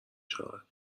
شود